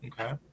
Okay